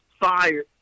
fired